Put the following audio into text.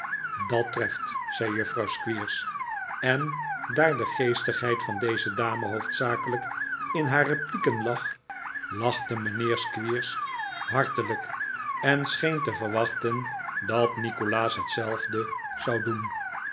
dat treft zei juffrouw squeers en daar de geestigheid van deze dame hoofdzakelijk in haar replieken lag lachte mijnheer squeers hartelijk en scheen te verwachten dat nikolaas hetzelfde zou doen